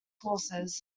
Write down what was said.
forces